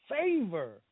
favor